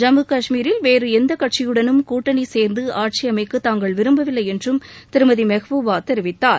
ஜம்மு கஷ்மீரில் வேறு எந்த கட்சியுடனும் கூட்டணி சேர்ந்து ஆட்சி அமைக்க தாங்கள் விரும்பவில்லை என்றும் திருமதி மெஹ்பூபா தெரிவித்தார்